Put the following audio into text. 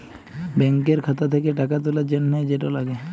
ব্যাংকের খাতা থ্যাকে টাকা তুলার জ্যনহে যেট লাগে